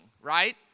right